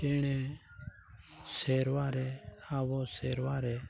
ᱪᱮᱬᱮ ᱥᱮᱨᱣᱟᱨᱮ ᱟᱵᱚ ᱥᱮᱨᱣᱟᱨᱮ